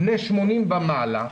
בני 80 ומעלה,